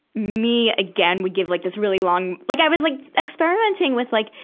me again would give like this really long, like i was like experimenting with like,